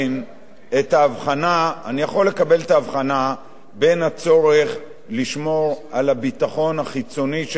אני יכול לקבל את ההבחנה בין הצורך לשמור על הביטחון החיצוני של המדינה,